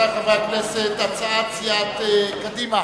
הצעת סיעת קדימה